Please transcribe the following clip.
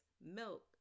milk